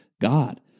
God